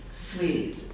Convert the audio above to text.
sweet